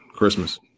Christmas